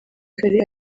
kare